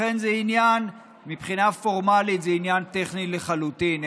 לכן מבחינה פורמלית זה עניין טכני לחלוטין,